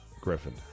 Griffin